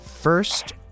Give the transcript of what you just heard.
First